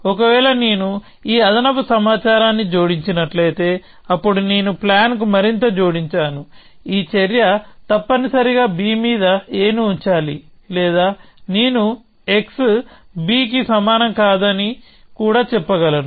ఒకవేళ నేను ఈ అదనపు సమాచారాన్ని జోడించినట్లయితే అప్పుడు నేను ప్లాన్ కు మరింత జోడించాను ఈ చర్య తప్పనిసరిగా b మీద a ని ఉంచాలి లేదా నేనుx b కి సమానం కాదని కూడా చెప్పగలను